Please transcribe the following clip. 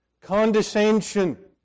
condescension